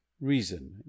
reason